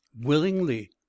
willingly